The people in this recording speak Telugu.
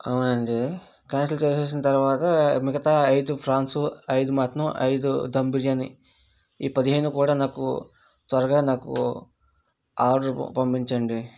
అవునండీ కాన్సల్ చేసేసిన తర్వాత మిగతా అయిదు ప్రాన్స్ అయిదు మటన్ అయిదు దమ్ బిర్యానీ ఈ పదిహేను కూడా నాకు త్వరగా నాకు ఆర్డర్ పంపించండి